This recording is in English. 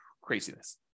Craziness